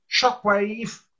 Shockwave